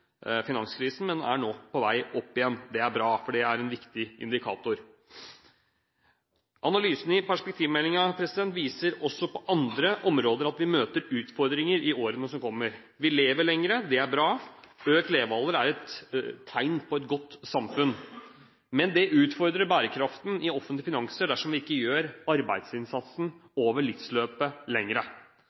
finanskrisen – men er nå på vei opp igjen. Det er bra, for det er en viktig indikator. Analysene i perspektivmeldingen viser også at vi møter utfordringer på andre områder i årene som kommer. Vi lever lenger, det er bra. Økt levealder er tegn på et godt samfunn. Men det utfordrer bærekraften i offentlige finanser dersom vi ikke gjør arbeidsinnsatsen over livsløpet